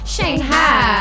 Shanghai